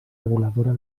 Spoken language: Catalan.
reguladora